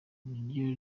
niryo